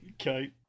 Okay